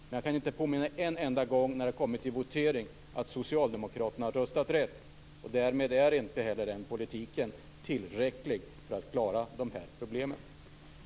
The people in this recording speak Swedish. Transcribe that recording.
Men jag kan inte påminna mig att socialdemokraterna vid någon enda votering har röstat rätt. Därmed är inte heller den politiken tillräcklig för att klara de här problemen.